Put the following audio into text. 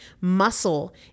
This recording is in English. Muscle